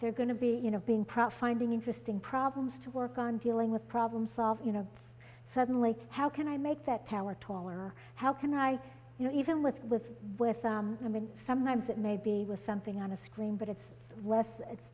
they're going to be you know being proud finding interesting problems to work on dealing with problem solving you know suddenly how can i make that tower taller or how can i you know even with live with women sometimes it may be with something on a screen but it's less it's